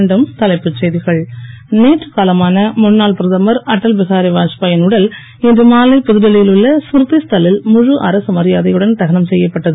மீண்டும் தலைப்புச் செய்திகள் நேற்று காலமான முன்னாள் பிரதமர் அட்டல் பிஹாரி வாத்பாயின் உடல் இன்று மாலை புதுடெல்லியில் உள்ள ஸ்மிருதி ஸ்தல் லில் முழு அரசு மரியாதையுடன் தகனம் செய்யப்பட்டது